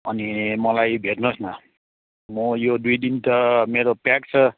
अनि मलाई भेट्नुहोस् न म यो दुई दिन त मेरो प्याक छ